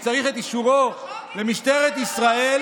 כי צריך את אישורו למשטרת ישראל,